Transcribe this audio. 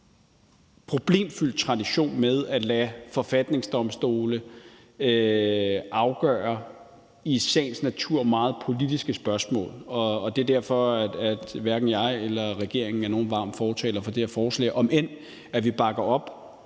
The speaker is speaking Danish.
problemfyldt tradition med at lade forfatningsdomstole afgøre i sagens natur meget politiske spørgsmål. Det er derfor, at hverken jeg eller regeringen er nogen varm fortaler for det her forslag, om end vi bakker op